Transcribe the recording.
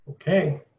Okay